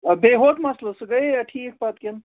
آ بیٚیہِ ہُتھ مَسلَس سُہ گٔیے یہ ٹھیٖک پَتہٕ کِن